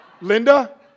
Linda